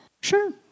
Sure